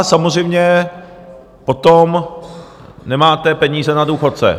Samozřejmě potom nemáte peníze na důchodce.